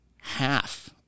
half